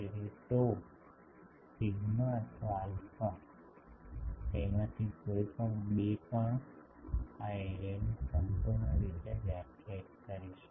તેથી tau sigma અથવા alpha તેમાંથી કોઈપણ બે પણ આ એરેને સંપૂર્ણ રીતે વ્યાખ્યાયિત કરી શકે છે